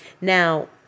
Now